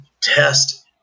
test